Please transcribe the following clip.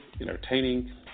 entertaining